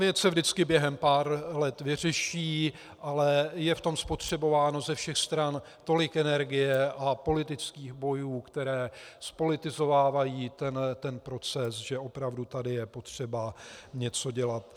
Věc se vždycky během pár let vyřeší, ale je v tom spotřebováno ze všech stran tolik energie a politických bojů, které zpolitizovávají ten proces, že opravdu je tady potřeba něco dělat.